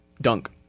dunk